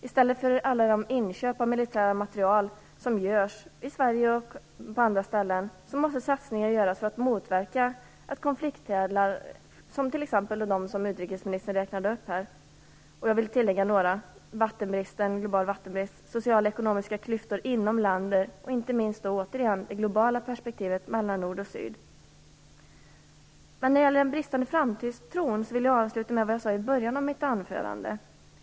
I stället för alla de inköp av militära material som görs i Sverige och på andra ställen måste satsningar göras för att motverka konflikthärdar. Det gäller t.ex. de som utrikesministern räknade upp, och jag vill lägga till den globala vattenbristen, sociala och ekonomiska klyftor inom länderna och inte minst det globala perspektivet mellan nord och syd. När det gäller den bristande framtidstron vill jag avsluta med vad jag sade i början av mitt anförande.